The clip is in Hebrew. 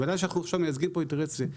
בוודאי שאנחנו עכשיו מייצגים פה אינטרס זה,